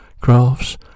crafts